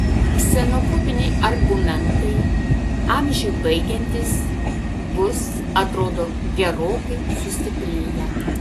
ksenofobiniai argumentai amžiui baigiantis bus atrodo gerokai sustiprėję